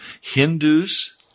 Hindus